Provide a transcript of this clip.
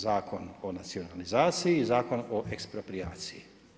Zakon o nacionalizaciji i Zakon o eksproprijaciji.